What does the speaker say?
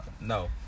no